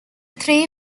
three